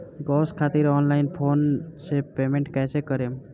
Gas खातिर online phone से payment कैसे करेम?